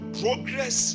progress